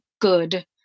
good